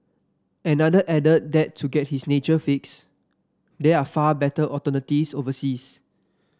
another added that to get his nature fix there are far better alternatives overseas